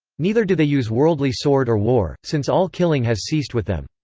neither do they use worldly sword or war, since all killing has ceased with them.